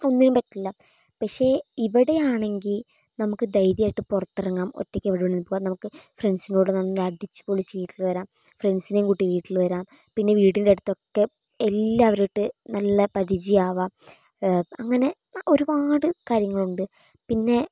ഒന്നിന്നും പറ്റില്ല പക്ഷേ ഇവിടെയാണെങ്കിൽ നമുക്ക് ധൈര്യമായിട്ട് പുറത്തിറങ്ങാം ഒറ്റയ്ക്ക് എവിടെ വേണമെങ്കിലും പോകാം നമുക്ക് ഫ്രണ്ട്സിൻ്റെ കൂടെ നല്ല അടിച്ചുപൊളിച്ച് വീട്ടിൽ വരാം ഫ്രണ്ട്സിനേയും കൂട്ടി വീട്ടിൽ വരാം പിന്നേ വീടിൻ്റെ അടുത്തൊക്കെ എല്ലാവരുമായിട്ട് നല്ല പരിചയമാവാം അങ്ങനെ ഒരുപാട് കാര്യങ്ങളുണ്ട് പിന്നേ